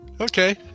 Okay